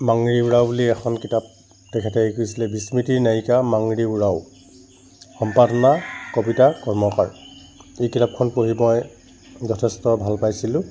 মাংৰি উৰাও বুলি এখন কিতাপ তেখেতে লিখিছিলে বিস্মৃতিৰ নায়িকা মাংৰি উৰাও সম্পাদনা কবিতা কৰ্মকাৰ এই কিতাপখন পঢ়ি মই যথেষ্ট ভাল পাইছিলোঁ